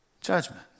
judgment